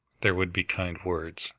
there would be kind words,